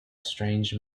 strange